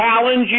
challenge